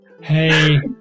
Hey